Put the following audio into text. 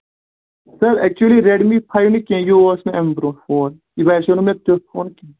سَر اٮ۪کچُؤلی Redmi five نہٕ کیٚنٛہہ یہِ اوس نہٕ اَمہِ برونٛہہ فون یہِ باسیو نہٕ مےٚ تیُتھ فون کیٚنٛہہ